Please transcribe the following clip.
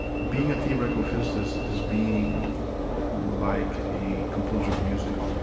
being a theoretical physicist is being like a composer of music.